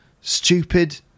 stupid